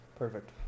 perfect